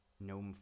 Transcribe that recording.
no